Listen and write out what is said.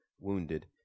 wounded